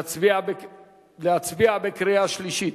להצביע בקריאה שלישית?